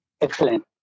Excellent